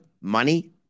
money